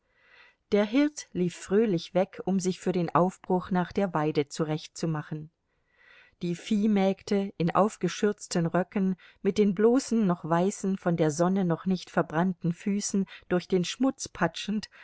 der hirt lief fröhlich weg um sich für den aufbruch nach der weide zurechtzumachen die viehmägde in aufgeschürzten röcken mit den bloßen noch weißen von der sonne noch nicht verbrannten füßen durch den schmutz patschend